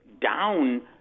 down